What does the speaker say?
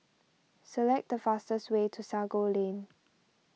select the fastest way to Sago Lane